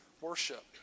worship